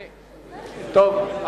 טוב,